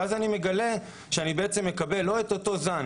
אני מגלה שאני בעצם לא מקבל את אותו זן,